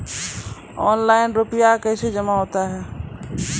Online रुपये कैसे जमा होता हैं?